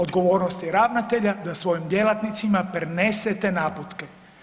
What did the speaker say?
Odgovornost je ravnatelja da svojim djelatnicima prenese te naputke.